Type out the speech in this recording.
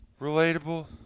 relatable